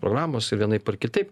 programos ir vienaip ar kitaip